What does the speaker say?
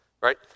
right